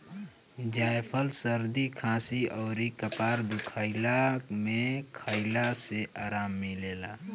जायफल सरदी खासी अउरी कपार दुखइला में खइला से आराम मिलेला